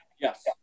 Yes